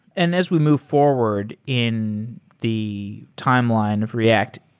and as we move forward in the timeline of react,